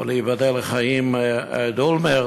או ייבדל לחיים אהוד אולמרט.